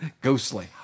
Ghostly